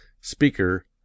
speaker